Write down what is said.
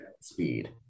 speed